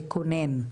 לקונן,